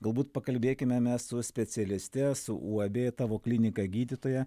galbūt pakalbėkime mes su specialiste su uab tavo klinika gydytoja